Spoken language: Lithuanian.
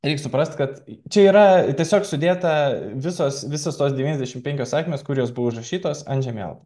reik suprasti kad čia yra tiesiog sudėta visos visos tos devyniasdešimt penkios sakmės kurios buvo užrašytos ant žemėlapio